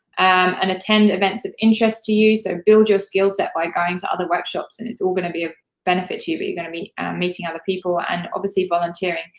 and attend events of interest to you, so build your skill set by going to other workshops, and it's all gonna be a benefit to you, but you're gonna be meeting other people, and obviously, volunteering.